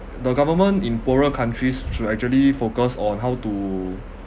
the government in poorer countries should actually focus on how to